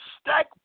stack